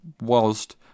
whilst